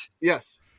Yes